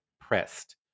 pressed